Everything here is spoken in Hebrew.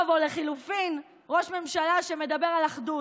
טוב, או לחלופין, ראש ממשלה שמדבר על אחדות,